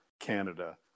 canada